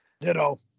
Ditto